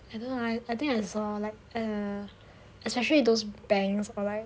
I don't know I I think I saw like err especially those banks or like